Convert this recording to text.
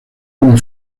una